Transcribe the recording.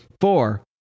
four